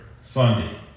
Sunday